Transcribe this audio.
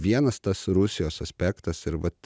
vienas tas rusijos aspektas ir vat